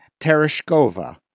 Tereshkova